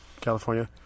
California